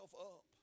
up